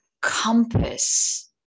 compass